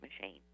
machine